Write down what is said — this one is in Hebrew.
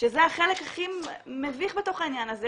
שזה החלק הכי מביך בתוך העניין הזה,